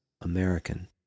American